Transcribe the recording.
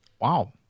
Wow